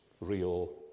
real